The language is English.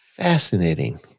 fascinating